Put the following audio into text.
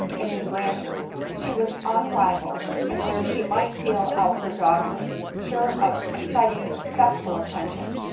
and in grandeur, she was unrivalled, and where she might deal out her dogmas, sure of ex citing respectful attention,